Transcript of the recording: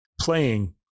playing